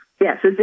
Yes